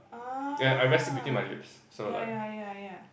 ah ya ya ya ya